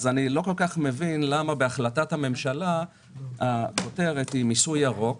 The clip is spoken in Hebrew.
אז אני לא כל כך מבין למה בהחלטת הממשלה הכותרת היא: מיסוי ירוק,